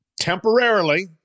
temporarily